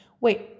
Wait